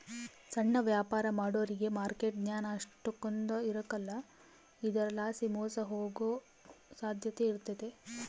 ಸಣ್ಣ ವ್ಯಾಪಾರ ಮಾಡೋರಿಗೆ ಮಾರ್ಕೆಟ್ ಜ್ಞಾನ ಅಷ್ಟಕೊಂದ್ ಇರಕಲ್ಲ ಇದರಲಾಸಿ ಮೋಸ ಹೋಗೋ ಸಾಧ್ಯತೆ ಇರ್ತತೆ